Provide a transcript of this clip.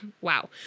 wow